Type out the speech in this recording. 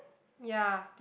ya